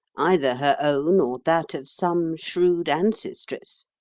either her own or that of some shrewd ancestress.